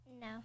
No